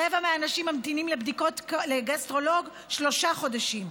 רבע מהאנשים ממתינים לגסטרולוג שלושה חודשים,